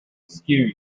askew